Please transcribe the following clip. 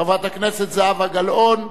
חברת הכנסת זהבה גלאון.